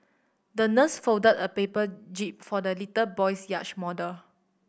the nurse folded a paper jib for the little boy's yacht model